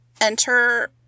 Enter